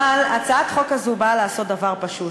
אבל הצעת החוק הזאת באה לעשות דבר פשוט,